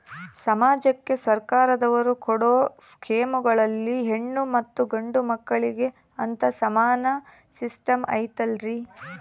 ಸಮಾಜಕ್ಕೆ ಸರ್ಕಾರದವರು ಕೊಡೊ ಸ್ಕೇಮುಗಳಲ್ಲಿ ಹೆಣ್ಣು ಮತ್ತಾ ಗಂಡು ಮಕ್ಕಳಿಗೆ ಅಂತಾ ಸಮಾನ ಸಿಸ್ಟಮ್ ಐತಲ್ರಿ?